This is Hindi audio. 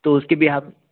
तो उसके बीहाफ़